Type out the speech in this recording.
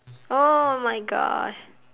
oh my gosh